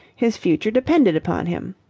his future depended upon him.